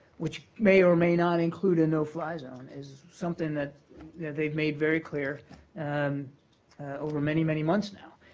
which may or may not include a no-fly zone, is something that they've made very clear and over many, many months now.